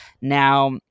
Now